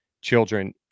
children